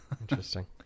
interesting